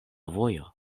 vojo